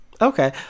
Okay